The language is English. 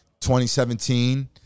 2017